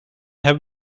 have